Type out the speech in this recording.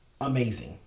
amazing